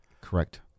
correct